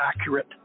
accurate